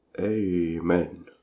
Amen